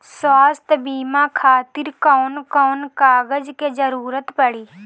स्वास्थ्य बीमा खातिर कवन कवन कागज के जरुरत पड़ी?